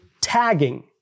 tagging